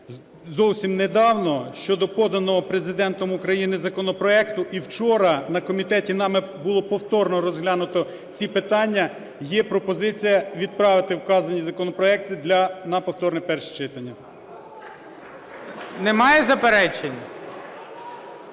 зовсім недавно щодо поданого Президентом України законопроекту, і вчора на комітеті нами було повторно розглянуто ці питання, є пропозиція відправити вказані законопроекти на повторне перше читання. ГОЛОВУЮЧИЙ. Немає заперечень?